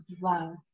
love